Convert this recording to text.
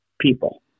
people